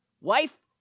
Wife